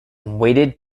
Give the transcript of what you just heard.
waiting